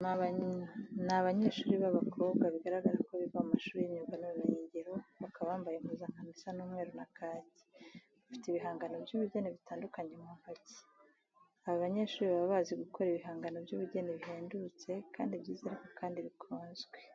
Ni abanyehuri b'abakobwa bigaragara ko biga mu mashuri y'imyuga n'ubumenyingiro, bakaba bambaye impuzankano isa umweru na kake, bafite ibihangano by'ubugeni bitandukanye mu ntiko. Aba banyeshuri baba bazi gukora ibihangano by'ubugeni bihendutse kandi byiza ariko kandi bikunzwe.